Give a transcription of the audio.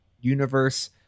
universe